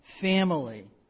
family